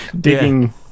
Digging